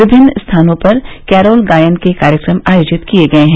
विमिन्न स्थानों पर कैरोल गायन के कार्यक्रम आयोजित किये गये हैं